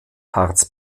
harz